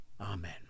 Amen